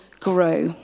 grow